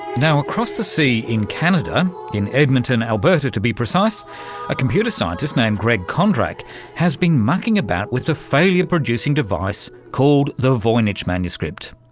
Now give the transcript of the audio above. now, across the seas in canada in edmonton, alberta, to be precise a computer scientist named greg kondrak has been mucking about with a failure producing device called the voynich manuscript.